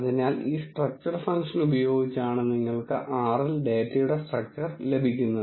അതിനാൽ ഈ structure function ഉപയോഗിച്ചാണ് നിങ്ങൾക്ക് R ൽ ഡാറ്റയുടെ സ്ട്രക്ച്ചർ ലഭിക്കുന്നത്